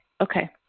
okay